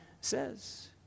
says